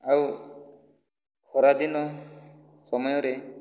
ଆଉ ଖରାଦିନ ସମୟରେ